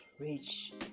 rich